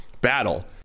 battle